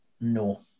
No